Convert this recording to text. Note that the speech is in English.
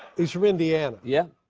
is from indiana. yeah.